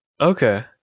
Okay